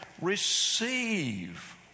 receive